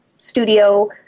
Studio